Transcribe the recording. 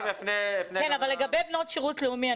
אבל לגבי בנות שירות לאומי,